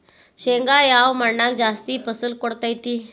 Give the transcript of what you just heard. ಶೇಂಗಾ ಯಾವ ಮಣ್ಣಾಗ ಜಾಸ್ತಿ ಫಸಲು ಕೊಡುತೈತಿ?